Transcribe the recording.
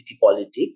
politics